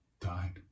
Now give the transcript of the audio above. died